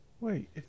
Wait